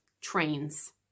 trains